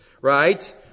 right